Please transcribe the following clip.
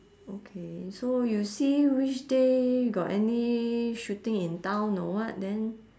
okay so you see which day got any shooting in town or what then